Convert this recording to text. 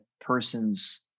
person's